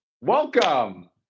Welcome